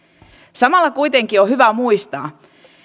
samalla kuitenkin on hyvä muistaa